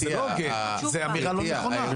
אז זה לא הוגן, זו אמירה לא נכונה.